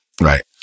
right